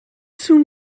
soon